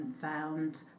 found